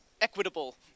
equitable